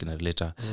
later